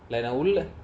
like நா உள்ள:na ulla